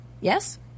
Yes